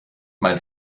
mein